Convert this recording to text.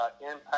impact